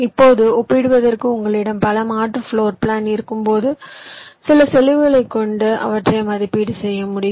இப்போது ஒப்பிடுவதற்கு உங்களிடம் பல மாற்று பிளோர் பிளான் இருக்கும்போது சில செலவுகளைக் கொண்டு அவற்றை மதிப்பீடு செய்ய முடியும்